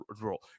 role